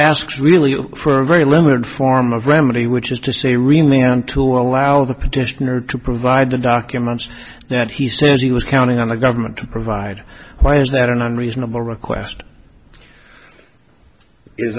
ask really a very limited form of remedy which is to say remain on to allow the petitioner to provide the documents that he says he was counting on the government to provide why is that an unreasonable request is